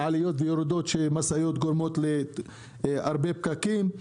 עליות וירידות ומשאיות שגורמות להרבה פקקים,